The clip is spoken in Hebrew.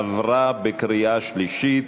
עברה בקריאה שלישית.